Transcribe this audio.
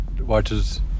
watches